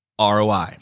ROI